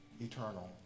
eternal